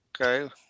okay